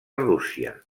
rússia